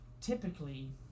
typically